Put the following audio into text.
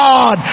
God